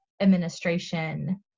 administration